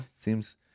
seems